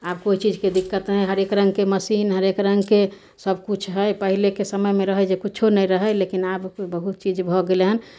आब कोइ चीजके दिक्कत नहि हइ हरेक रङ्गके मशीन हरेक रङ्गके सबकिछु हइ पहिलेके समयमे रहय जे कुछो नहि रहय लेकिन आब से बहुत चीज भऽ गेलय हन